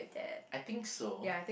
I think so